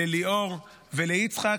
לליאור וליצחק,